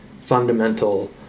fundamental